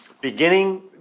Beginning